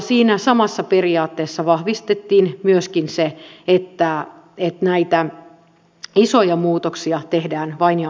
siinä samassa periaatteessa vahvistettiin myöskin se että näitä isoja muutoksia tehdään vain ja ainoastaan yhdessä